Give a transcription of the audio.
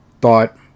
thought